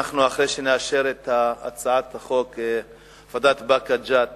אחרי שנאשר את הצעת החוק הפרדת באקה ג'ת